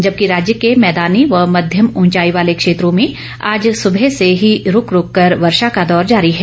जब कि राज्य के मैदानी व मध्यम ऊंचाई वाले क्षेत्रों में आज सुबह से ही रूक रूक कर वर्षा का दौर जारी है